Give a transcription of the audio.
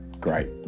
great